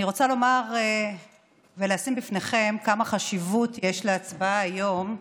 אני רוצה לומר ולשים בפניכם כמה חשיבות יש להצבעה היום,